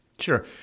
Sure